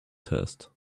test